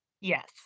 Yes